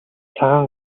цагаан